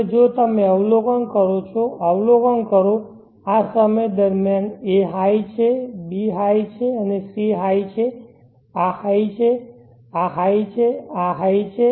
હવે જો તમે અવલોકન કરો છો અવલોકન કરો આ સમય દરમિયાન a હાઈ છે b હાઈ છે c હાઈ છે આ હાઈ છે આ હાઈ છે આ હાઈ છે